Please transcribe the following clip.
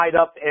up